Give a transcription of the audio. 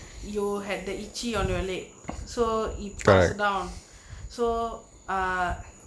you had the itchy on your leg so it passed down so ah